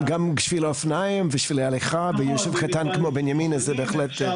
גם שבילי אופניים ושבילי הליכה ויישוב קטן כמו בנימינה זה בהחלט.